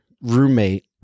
roommate